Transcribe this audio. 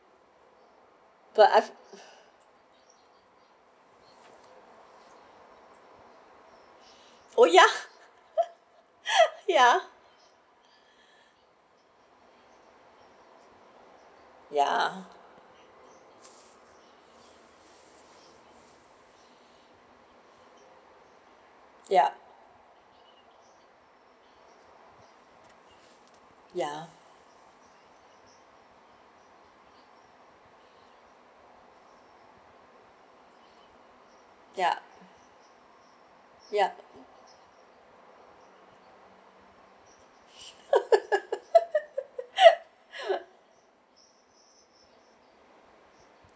but I oh ya ya ya yup ya ya ya